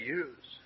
use